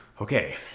okay